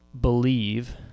believe